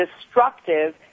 destructive